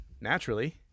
naturally